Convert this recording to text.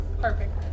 Perfect